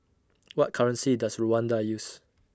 What currency Does Rwanda use